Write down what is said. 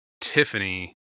Tiffany